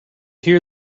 hear